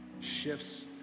shifts